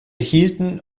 hielten